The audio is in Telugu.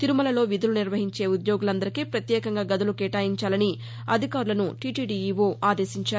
తిరుమలలో విధులు నిర్వహించే ఉద్యోగులందరికీ ప్రత్యేకంగా గదులు కేటాయించాలని అధికారులను టీటీడీ ఈవో ఆదేశించారు